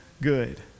good